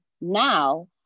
now